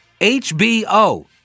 HBO